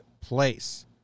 place